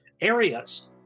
areas